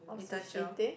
Itacho